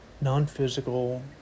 Non-physical